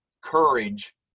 courage